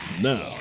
Now